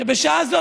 שבשעה זו,